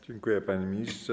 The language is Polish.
Dziękuję, panie ministrze.